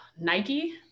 nike